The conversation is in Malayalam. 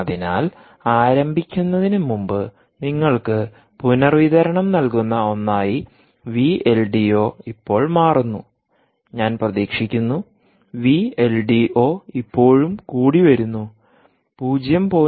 അതിനാൽ ആരംഭിക്കുന്നതിന് മുമ്പ് നിങ്ങൾക്ക് പുനർവിതരണം നൽകുന്ന ഒന്നായി വി എൽ ഡി ഒ ഇപ്പോൾ മാറുന്നു ഞാൻ പ്രതീക്ഷിക്കുന്നു വി എൽ ഡി ഒ ഇപ്പോഴും കൂടിവരുന്നു 0